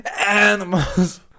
Animals